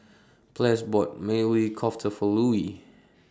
Ples bought Maili Kofta For Louie